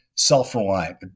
Self-reliant